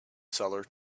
seller